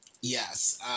Yes